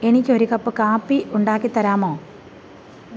എനിക്ക് ഒരു കപ്പ് കാപ്പി ഉണ്ടാക്കി തരാമോ